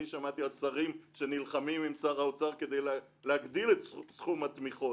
אני שמעתי על שרים שנלחמים עם שר האוצר כדי להגדיל את סכום התמיכות.